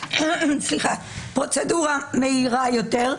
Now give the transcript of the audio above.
פרוצדורה מהירה יותר,